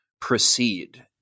proceed